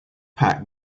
pack